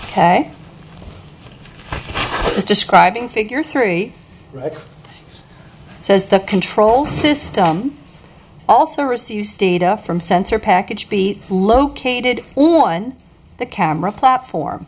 is describing figure three says the control system also receives data from sensor package be located on the camera platform